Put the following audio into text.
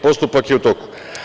Postupak je u toku.